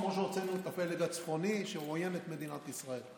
כמו שהוצאנו את הפלג הצפוני שעוין את מדינת ישראל.